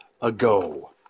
ago